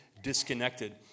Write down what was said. disconnected